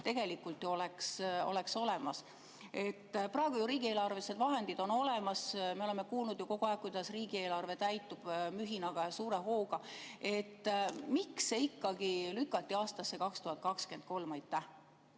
tegelikult ju oleks. Praegu ju riigieelarvelised vahendid on olemas, me oleme kogu aeg kuulnud, kuidas riigieelarve täitub mühinaga ja suure hooga. Miks see ikkagi lükati aastasse 2023?